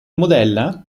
modella